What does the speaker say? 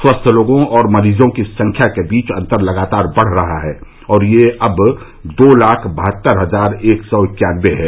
स्वस्थ लोगों और मरीजों की संख्या के बीच अंतर लगातार बढ़ रहा है और अब यह दो लाख बहत्तर हजार एक सौ इक्यानवे है